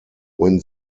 when